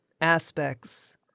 aspects